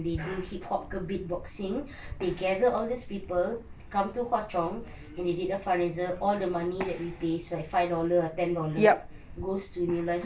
and they do hip hop ke beatboxing they gather all these people come to hwa chong and they did a fundraiser all the money that we pay is like five dollars ten dollars goes to real life stories